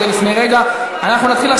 החשובים,